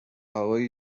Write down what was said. هوایی